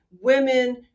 women